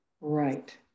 Right